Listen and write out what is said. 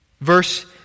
Verse